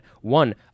One